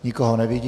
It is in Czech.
Nikoho nevidím.